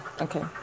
okay